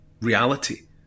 reality